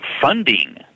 funding